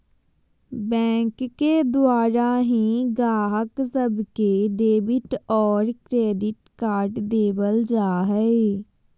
bank के द्वारा ही गाहक सब के डेबिट और क्रेडिट कार्ड देवल जा हय